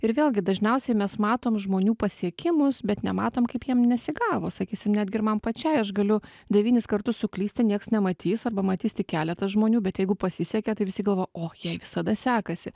ir vėlgi dažniausiai mes matom žmonių pasiekimus bet nematom kaip jiem nesigavo sakysim netgi ir man pačiai aš galiu devynis kartus suklysti nieks nematys arba matys tik keletas žmonių bet jeigu pasisekė tai visi galvoja o jai visada sekasi